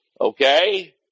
Okay